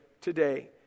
today